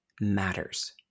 matters